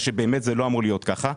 זה לא אמור להיות ככה.